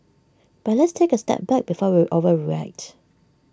but let's take A step back before we overreact